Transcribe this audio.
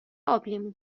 آبلیمو